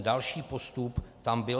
Další postup tam byl.